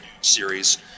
series